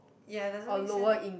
ya doesn't make sense